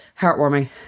heartwarming